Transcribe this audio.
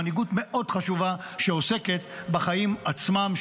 מנהיגות מאוד חשובה שעוסקת בחיים עצמם.